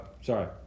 sorry